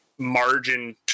margin